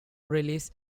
release